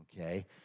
okay